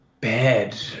bad